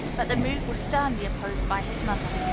but the move was sternly opposed by his mother.